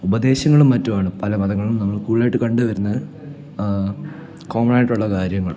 ഉപദേശങ്ങളും മറ്റുമാണ് പല മതങ്ങളും നമ്മൾ കൂടുതലായിട്ട് കണ്ടുവരുന്നത് കോമണായിട്ടുള്ള കാര്യങ്ങൾ